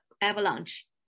avalanche